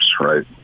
right